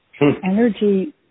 energy